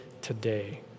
today